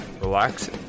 relax